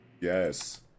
Yes